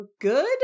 good